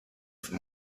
for